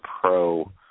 pro